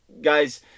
guys